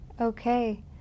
Okay